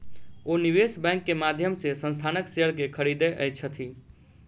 ओ निवेश बैंक के माध्यम से संस्थानक शेयर के खरीदै छथि